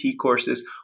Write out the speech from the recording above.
courses